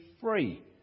free